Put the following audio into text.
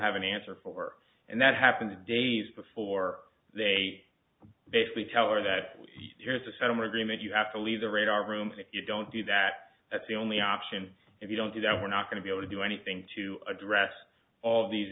have an answer for and that happened a days before they basically tell her that there's a settlement agreement you have to leave the radar room if you don't do that that's the only option if you don't do that we're not going to be able to do anything to address all these